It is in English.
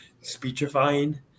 speechifying